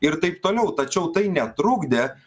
ir taip toliau tačiau tai netrukdė